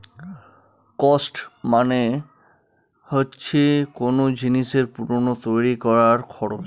cost মানে হচ্ছে কোন জিনিসের পুরো তৈরী করার খরচ